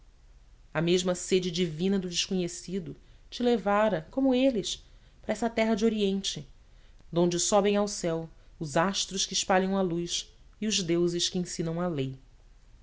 a mesma sede divina do desconhecido te levara como eles para essa terra de oriente de onde sobem ao céu os astros que espalham a luz e os deuses que ensinam a lei